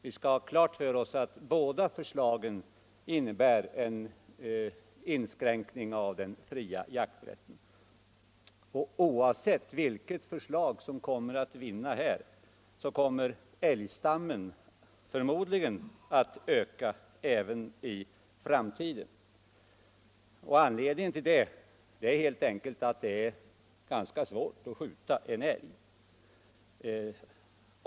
Vi skall ha klart för oss att båda förslagen innebär en inskränkning av den fria jakträtten. Oavsett vilket förslag som kommer att vinna kommer älgstammen förmodligen att öka även i framtiden. Anledningen till det är helt enkelt att det är ganska svårt att skjuta en älg.